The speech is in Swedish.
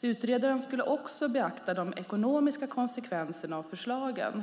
Utredaren skulle också beakta de ekonomiska konsekvenserna av förslagen.